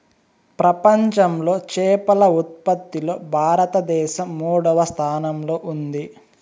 ప్రపంచంలో చేపల ఉత్పత్తిలో భారతదేశం మూడవ స్థానంలో ఉంది